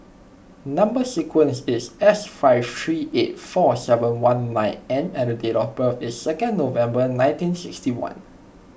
Number Sequence is S five three eight four seven one nine N and date of birth is second November nineteen sixty one